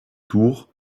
tour